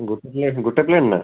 ଗୋଟେ ପ୍ଲେଟ୍ ଗୋଟେ plate plate ନା